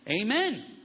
Amen